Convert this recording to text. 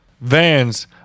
vans